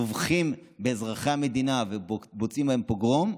שטובחים באזרחי המדינה ומבצעים בהם פוגרום,